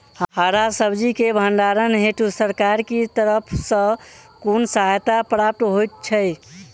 हरा सब्जी केँ भण्डारण हेतु सरकार की तरफ सँ कुन सहायता प्राप्त होइ छै?